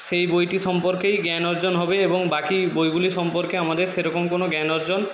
সেই বইটি সম্পর্কেই জ্ঞান অর্জন হবে এবং বাকি বইগুলি সম্পর্কে আমাদের সেরকম কোনো জ্ঞান অর্জন